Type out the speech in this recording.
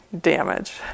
damage